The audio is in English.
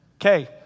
Okay